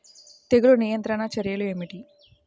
తెగులు నియంత్రణ చర్యలు ఏమిటి?